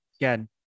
again